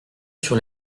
sur